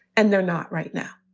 and they're not right now.